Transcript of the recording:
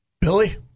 Billy